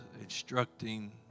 instructing